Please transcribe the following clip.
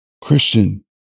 Christian